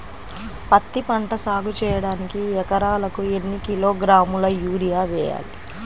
పత్తిపంట సాగు చేయడానికి ఎకరాలకు ఎన్ని కిలోగ్రాముల యూరియా వేయాలి?